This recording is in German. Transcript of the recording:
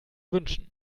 wünschen